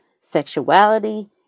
sexuality